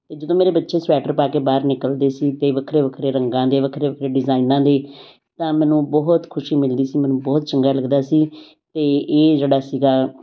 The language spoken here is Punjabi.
ਅਤੇ ਜਦੋਂ ਮੇਰੇ ਬੱਚੇ ਸਵੈਟਰ ਪਾ ਕੇ ਬਾਹਰ ਨਿਕਲਦੇ ਸੀ ਅਤੇ ਵੱਖਰੇ ਵੱਖਰੇ ਰੰਗਾਂ ਦੇ ਵੱਖਰੇ ਵੱਖਰੇ ਡਿਜ਼ਾਇਨਾਂ ਦੇ ਤਾਂ ਮੈਨੂੰ ਬਹੁਤ ਖੁਸ਼ੀ ਮਿਲਦੀ ਸੀ ਮੈਨੂੰ ਬਹੁਤ ਚੰਗਾ ਲੱਗਦਾ ਸੀ ਤਾਂ ਇਹ ਜਿਹੜਾ ਸੀਗਾ